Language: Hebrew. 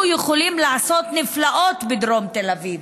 יכולים לעשות נפלאות בדרום תל אביב.